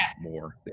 more